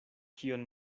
kion